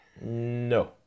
No